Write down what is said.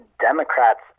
Democrats